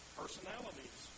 personalities